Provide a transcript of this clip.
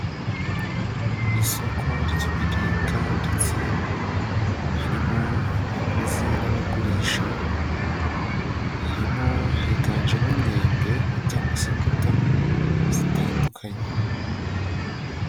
Isoko ry'ibiribwa ndetse harimo abaguzi n'abagurisha, harimo higanjemo imyembe cyangwa se imbuto zitandukanye.